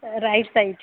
right side